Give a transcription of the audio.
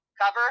cover